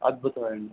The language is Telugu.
అద్భుతం అండి